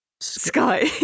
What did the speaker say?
Sky